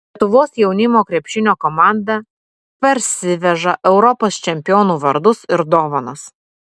lietuvos jaunimo krepšinio komanda parsiveža europos čempionų vardus ir dovanas